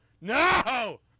No